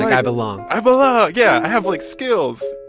i belong i belong, yeah. i have, like, skills